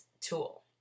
tool